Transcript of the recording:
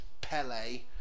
Pele